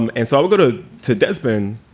and and so i'll go to today's been,